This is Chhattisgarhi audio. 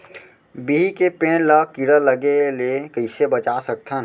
बिही के पेड़ ला कीड़ा लगे ले कइसे बचा सकथन?